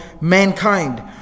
mankind